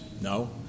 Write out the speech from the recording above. No